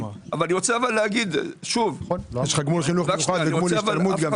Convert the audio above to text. יש לך גמול חינוך מיוחד וגם גמול השתלמות.